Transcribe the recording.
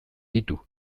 ditu